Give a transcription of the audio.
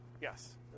Yes